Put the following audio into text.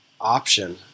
option